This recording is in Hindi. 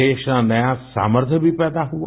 देश में नया सामर्थ्य भी पैदा हुआ